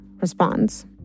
responds